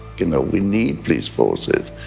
you know we need police forces.